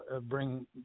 bring